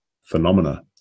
phenomena